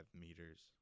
meters